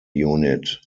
unit